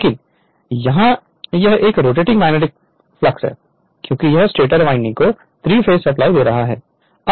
लेकिन यहां यह एक रोटेटिंग मैग्नेटिक फ्लक्स है क्योंकि यह स्टेटर वाइंडिंग को 3 फेस सप्लाई दे रहा है